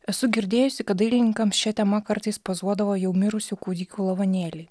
esu girdėjusi kad dailininkams šia tema kartais pozuodavo jau mirusių kūdikių lavonėliai